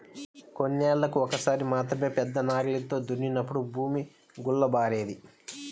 కొన్నేళ్ళకు ఒక్కసారి మాత్రమే పెద్ద నాగలితో దున్నినప్పుడు భూమి గుల్లబారేది